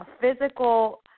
physical